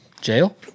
Jail